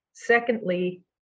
Secondly